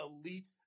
elite